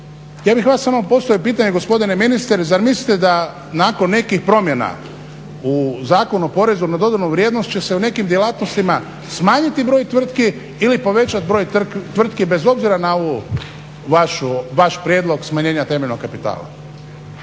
ja bih vama samo postavio pitanje gospodine ministre, zar mislite da nakon nekih promjena u Zakonu o porezu na dodanu vrijednost će se u nekim djelatnostima smanjiti broj tvrtki ili povećati broj tvrtki bez obzira na ovaj vaš prijedlog smanjenja temeljnog kapitala.